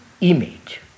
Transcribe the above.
image